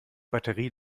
batterie